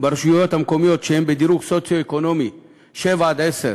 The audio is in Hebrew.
ברשויות המקומיות שהן בדירוג סוציואקונומי 7 10,